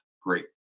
Great